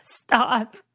Stop